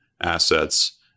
assets